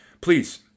please